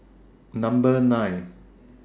Number nine